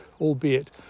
albeit